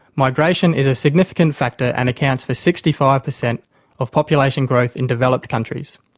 migration is a significant factor and accounts for sixty five percent of population growth in developed countries.